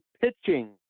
pitching